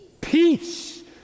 peace